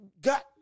got